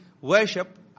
worship